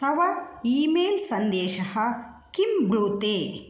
तव email सन्देशः किं ब्रूते